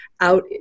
out